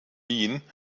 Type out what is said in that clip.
wien